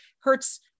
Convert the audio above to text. Hurts